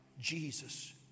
Jesus